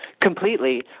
Completely